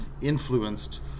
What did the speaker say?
influenced